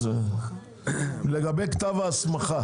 לגבי כתב ההסמכה.